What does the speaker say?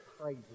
crazy